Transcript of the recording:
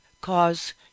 cause